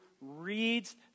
reads